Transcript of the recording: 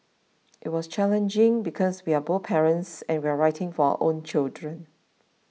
it was challenging because we are both parents and we're writing for our own children